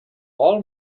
all